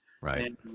Right